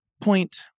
Point